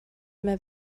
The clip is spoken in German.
mehr